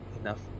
enough